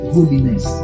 Holiness